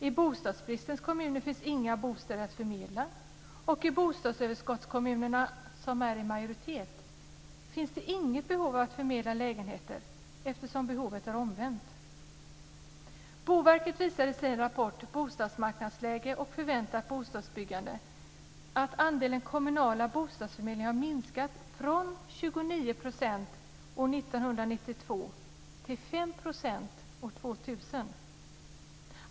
I bostadsbristens kommuner finns inga bostäder att förmedla, och i bostadsöverskottskommunerna som är i majoritet finns det inget behov av att förmedla lägenheter eftersom behovet är omvänt. 1992 till 5 % år 2000.